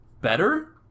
better